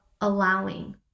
allowing